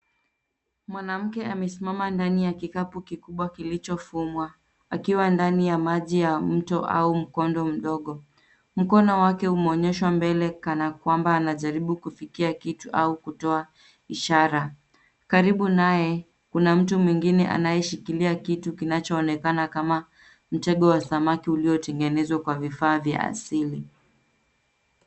Mwanamke amesimama ndani ya kikapu kikubwa kilichofumwa, akiwa ndani ya maji ya mto au mkondo mdogo. Mkono wake umeonyeshwa mbele kana kwamba anajaribu kufikia kitu au kutoa ishara. Karibu naye, kuna mtu mwingine anayeshikilia kitu kinachoonekana kama, mtego wa samaki uliotengenezwa kwa vifaa vya asili.